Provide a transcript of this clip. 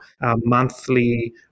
monthly